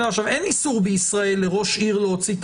אין איסור בישראל לראש עיר להוציא את